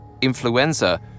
influenza